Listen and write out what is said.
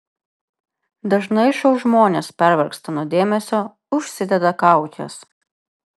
dažnai šou žmonės pervargsta nuo dėmesio užsideda kaukes